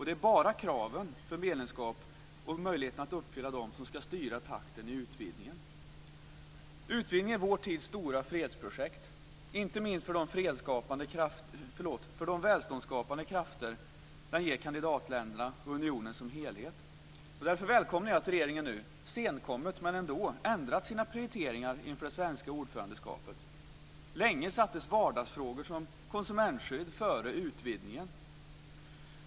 Det är bara kraven för medlemskap och möjligheten att uppfylla dem som ska styra takten i utvidgningen. Utvidgningen är vår tids stora fredsprojekt. Det gäller inte minst för de välståndsskapande krafter den ger kandidatländerna och unionen som helhet. Därför välkomnar jag nu att regeringen - senkommet, men ändå - ändrat sina prioriteringar för det svenska ordförandeskapet. Länge sattes vardagsfrågor som konsumentskydd före utvidgningen.